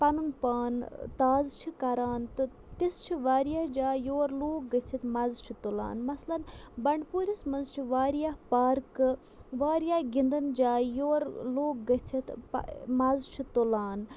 پَنُن پان تازٕ چھِ کَران تہٕ تِژھ چھِ واریاہ جایہِ یور لوٗکھ گٔژھِتھ مَزٕ چھِ تُلان مَثلاً بَنٛڈپوٗرِس منٛز چھِ واریاہ پارکہٕ واریاہ گِنٛدَن جایہِ یور لوٗکھ گٔژھِتھ مَزٕ چھِ تُلان